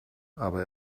aber